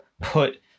put